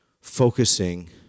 focusing